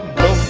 go